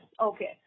okay